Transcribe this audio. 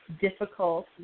difficult